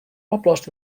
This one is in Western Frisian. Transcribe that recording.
oplost